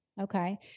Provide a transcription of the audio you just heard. Okay